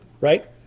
right